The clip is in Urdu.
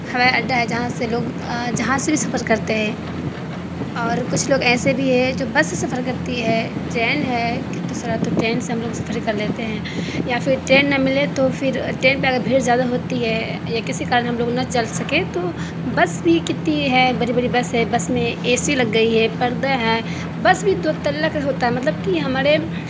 ہوائی اڈہ ہے جہاں سے لوگ جہاز سے بھی سفر کرتے ہیں اور کچھ لوگ ایسے بھی ہے جو بس سے سفر کرتی ہے ٹرین ہے کتے سارا تو ٹرین سے ہم لوگ سفر کر لیتے ہیں یا پھر ٹرین نہ ملے تو پھر ٹرین پہ اگر بھیڑ زیادہ ہوتی ہے یا کسی کارن ہم لوگ نہ جل سکے تو بس بھی کتی ہے بڑی بڑی بس ہے بس میں اے سی لگ گئی ہے پردہ ہے بس بھی دو تلہ کا ہوتا ہے مطلب کہ ہمارے